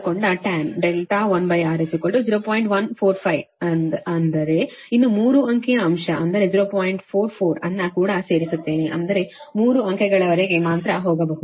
415 ಆದರೆ ಇನ್ನೂ ಮೂರು ಅಂಕಿಯ ವಿಷಯ ಅಂಕೆ 044 ಅನ್ನು ಕೂಡ ಸೇರಿಸುತ್ತೇನೆ ಅಂದರೆ 3 ಅಂಕೆಗಳವರೆಗೆ ಮಾತ್ರ ಹೋಗಬಹುದು